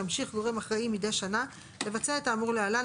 ימשיך גורם אחראי מדי שנה לבצע את האמור להלן,